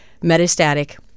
metastatic